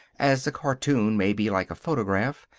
as a cartoon may be like a photograph,